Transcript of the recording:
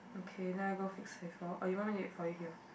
okay then I go fix cipher or you want me to wait for you here